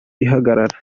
ihagarara